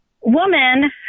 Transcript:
woman